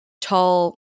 tall